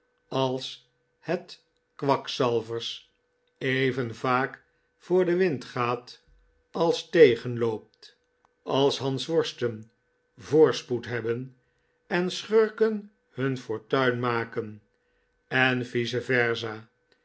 als het kwakzalvers even vaak voor den wind gaat als tegenloopt als hansworsten voorspoed hebben en schurken hun fortuin maken en vice versa